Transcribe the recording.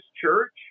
church